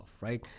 right